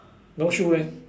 no shoes leh